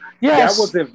Yes